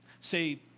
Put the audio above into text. Say